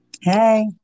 Hey